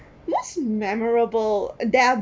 most memorable there are